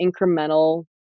incremental